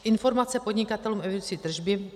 Informace podnikatelům o evidenci tržby